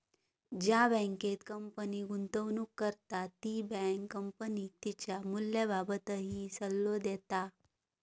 ज्या बँकेत कंपनी गुंतवणूक करता ती बँक कंपनीक तिच्या मूल्याबाबतही सल्लो देता